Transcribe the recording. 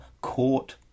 court